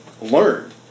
learn